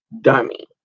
dummy